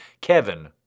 Kevin